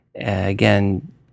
Again